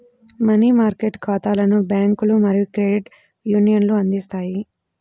money market ఖాతాలను బ్యాంకులు మరియు క్రెడిట్ యూనియన్లు అందిస్తాయి